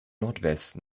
nordwest